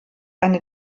eine